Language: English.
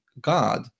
God